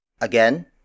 Again